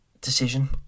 decision